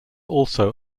also